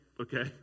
okay